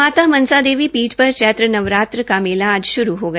माता मनसा देवी पीठ पर चैत्र नवरात्र का मेला आज शुरू हो गया